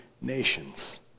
nations